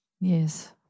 Yes